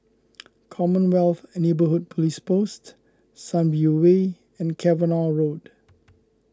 Commonwealth Neighbourhood Police Post Sunview Way and Cavenagh Road